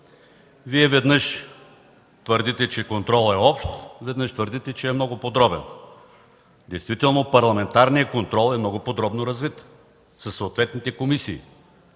Вие веднъж твърдите, че контролът е общ, веднъж твърдите, че е много подробен. Действително парламентарният контрол е много подробно развит със съответните комисии.